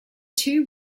two